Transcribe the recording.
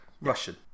Russian